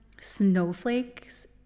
snowflakes